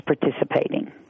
participating